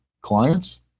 clients